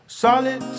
solid